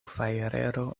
fajrero